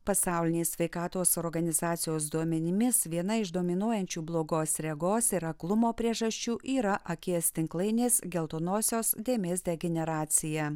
pasaulinės sveikatos organizacijos duomenimis viena iš dominuojančių blogos regos ir aklumo priežasčių yra akies tinklainės geltonosios dėmės degeneracija